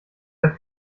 der